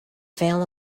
fell